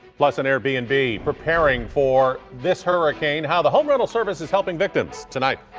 plus, and air bnb preparing for this hurricane. how the home rental service is helping victims tonight.